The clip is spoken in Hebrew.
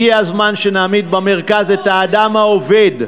הגיע הזמן שנעמיד במרכז את האדם העובד,